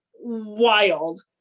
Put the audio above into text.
wild